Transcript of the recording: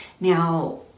Now